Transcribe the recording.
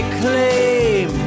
claim